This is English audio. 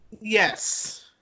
Yes